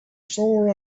sore